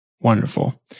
Wonderful